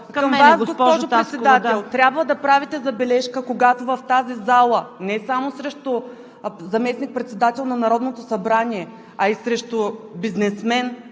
Към Вас, госпожо Председател. Трябва да правите забележка, когато в залата – не само срещу заместник-председател на Народното събрание, а и срещу бизнесмен,